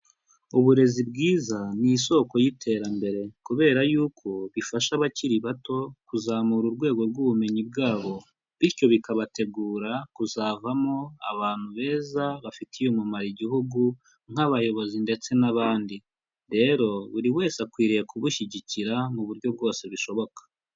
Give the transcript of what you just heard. Uburezi bwiza ni isoko y'iterambere kubera yuko bifasha abakiri bato kuzamura urwego rw'ubumenyi bwabo bityo bikabategura kuzavamo abantu beza bafitiye umumaro igihugu nk'abayobozi ndetse n'abandi, rero buri wese akwiriye kubushyigikira mu buryo bwose bushoboka.